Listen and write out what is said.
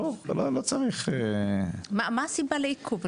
בואו, לא צריך --- מה הסיבות לעיכוב?